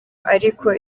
ariko